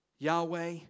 Yahweh